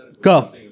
Go